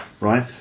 right